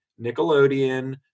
Nickelodeon